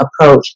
approach